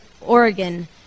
Oregon